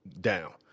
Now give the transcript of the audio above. down